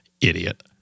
idiot